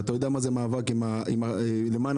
ואתה יודע מה זה מאבק למען החקלאים,